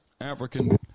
African